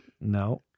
No